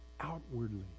outwardly